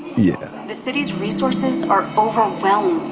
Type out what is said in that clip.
yeah the city's resources are overwhelmed,